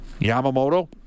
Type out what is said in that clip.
Yamamoto